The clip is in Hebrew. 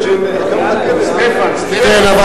למה